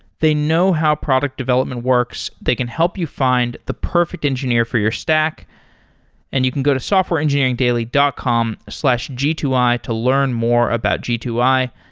they know how product development works. they can help you find the perfect engineer for your stack and you can go to softwareengineeringdaily dot com slash g two i to learn more about g two i.